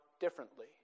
differently